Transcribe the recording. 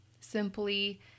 Simply